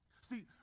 See